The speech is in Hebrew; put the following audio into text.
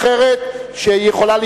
5